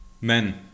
Men